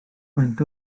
faint